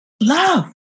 love